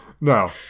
no